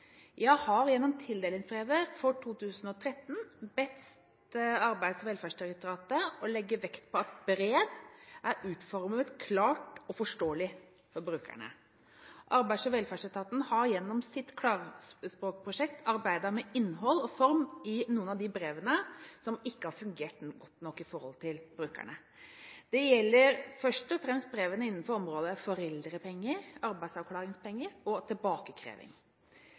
har gjennom tildelingsbrevet for 2013 bedt Arbeids- og velferdsdirektoratet legge vekt på at brev er utformet klart og forståelig for brukerne. Arbeids- og velferdsetaten har gjennom sitt klarspråkprosjekt arbeidet med innhold og form i noen av de brevene som ikke har fungert godt nok overfor brukerne. Det gjelder først og fremst brevene innenfor områdene foreldrepenger, arbeidsavklaringspenger og tilbakekreving.